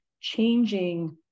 changing